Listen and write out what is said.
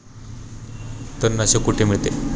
तणनाशक कुठे मिळते?